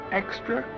extra